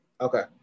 Okay